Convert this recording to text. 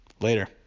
later